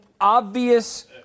obvious